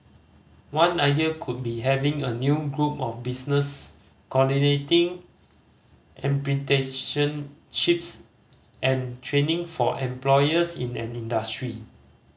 one idea could be having a new group of business coordinating apprenticeships and training for employers in an industry